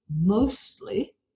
mostly